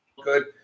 good